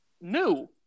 new